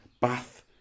bath